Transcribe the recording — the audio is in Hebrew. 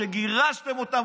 שגירשתם אותם,